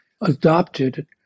adopted